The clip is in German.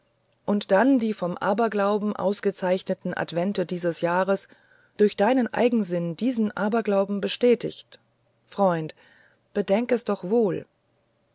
und dann die vom aberglauben ausgezeichneten advente dieses jahres durch deinen eigensinn diesen aberglauben bestätigt freund bedenk es doch wohl